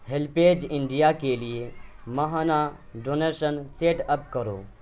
HelpAge India کے لیے ماہانہ ڈونیشن سیٹ اپ کرو